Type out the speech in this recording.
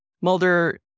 Mulder